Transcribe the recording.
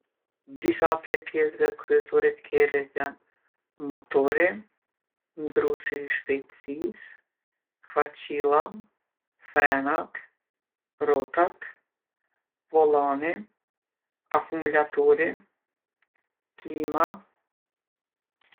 Disa prej pjesve kryesore t'kerrit janë motori, ndrrusi i shpejtsisë, kvaqilla, frenat, rrotat, vollani, akumulatori, klima.